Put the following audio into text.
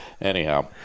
Anyhow